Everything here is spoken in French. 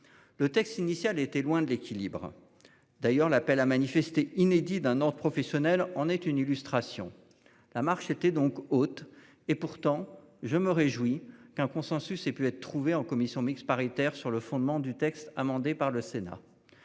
Le texte initial était loin de l'équilibre. D'ailleurs l'appel à manifester inédit d'un autre professionnel en est une illustration. La marche était donc autre et pourtant je me réjouis qu'un consensus ait pu être trouvé en commission mixte paritaire sur le fondement du texte amendé par le Sénat.